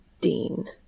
Dean